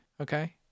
okay